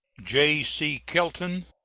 j c. kelton,